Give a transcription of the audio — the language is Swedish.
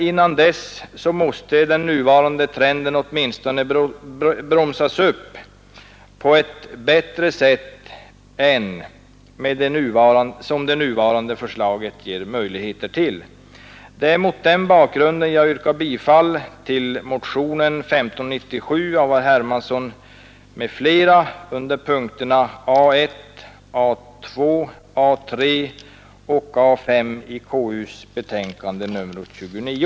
Innan dess måste emellertid den nuvarande trenden åtminstone bromsas upp på ett bättre sätt än det föreliggande förslaget ger möjlighet till. Det är mot den bakgrunden jag yrkar bifall till motionen 1597 av herr Hermansson m.fl. under punkterna A 1, A 2, A 3 och A 5 i konstitutionsutskottets hemställan i betänkandet nr 29.